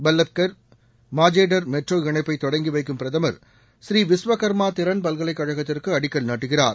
பல்லப்கர் மாஜேடர் மெட்ரோ இணைப்பை தொடங்கிவைக்கும் பிரதமர் ஸ்ரீ விஸ்வகர்மா திறன் பல்கலைக்கழகத்திற்கு அடிக்கல் நாட்டுகிறார்